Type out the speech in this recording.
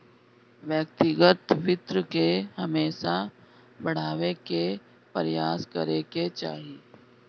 व्यक्तिगत वित्त के हमेशा बढ़ावे के प्रयास करे के चाही